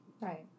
Right